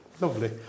lovely